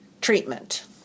treatment